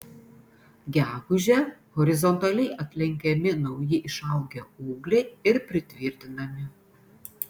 gegužę horizontaliai atlenkiami nauji išaugę ūgliai ir pritvirtinami